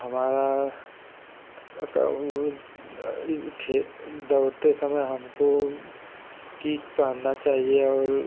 हमारा खेल दौड़ते समय हमको किट पहनना चाहिए और